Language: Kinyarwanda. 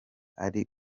ari